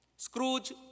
Scrooge